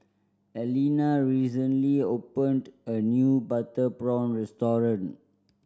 Alena recently opened a new butter prawn restaurant